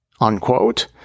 unquote